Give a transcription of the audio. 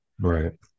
Right